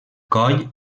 coll